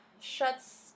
shuts